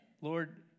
Lord